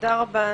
תודה רבה.